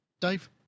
Dave